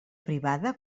privada